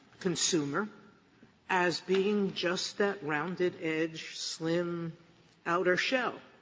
consumer as being just that rounded edge, slim outer shell.